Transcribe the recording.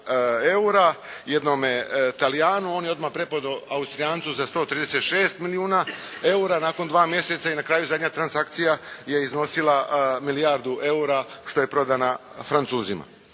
eura jednome Talijanu, on je odmah preprodao Austrijancu za 136 milijuna eura, i nakon dva mjeseca zadnja transakcija je iznosila milijardu eura što je prodana Francuzima.